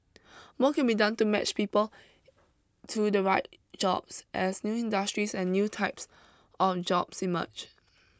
more can be done to match people to the right jobs as new industries and new types of jobs emerge